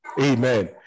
amen